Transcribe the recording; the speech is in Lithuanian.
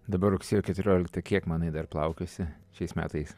dabar rugsėjo keturiolikta kiek manai dar plaukiosi šiais metais